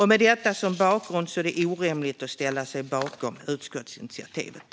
Med detta som bakgrund är det orimligt att ställa sig bakom utskottets förslag.